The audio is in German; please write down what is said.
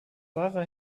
wahrer